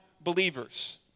believers